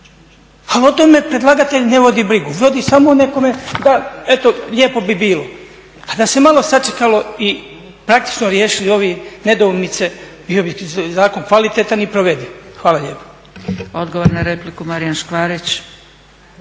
A o tome predlagatelj ne vodi brigu, vodi samo o nekome, da, eto, lijepo bi bilo. A da se malo sačekalo i praktično riješile ove nedoumice, bio bi zakon kvalitetan i provediv. Hvala lijepa.